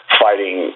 fighting